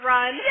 Run